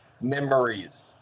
memories